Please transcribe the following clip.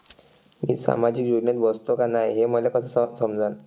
मी सामाजिक योजनेत बसतो का नाय, हे मले कस समजन?